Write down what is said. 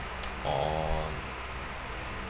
orh